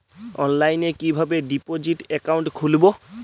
অনলাইনে কিভাবে deposit account খুলবো?